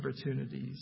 opportunities